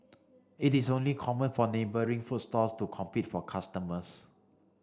it is only common for neighbouring food stalls to compete for customers